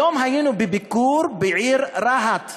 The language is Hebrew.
היום היינו בביקור בעיר רהט בדרום.